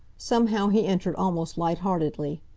somehow, he entered almost light-heartedly.